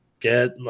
get